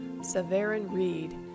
Severin-Reed